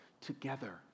together